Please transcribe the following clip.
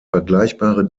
vergleichbare